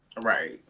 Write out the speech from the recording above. Right